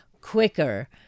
quicker